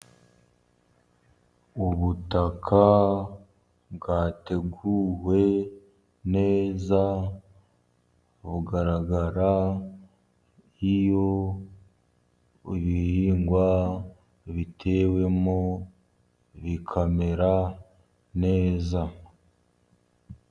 Ubutaka bwateguwe neza, bugaragara iyo ibihingwa bitewemo, bikamera neza.